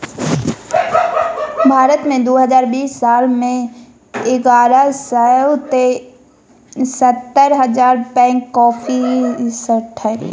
भारत मे दु हजार बीस साल मे एगारह सय सत्तर हजार बैग कॉफी सठलै